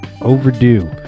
overdue